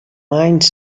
minds